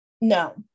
No